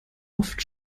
oft